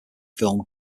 film